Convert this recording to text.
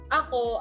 ako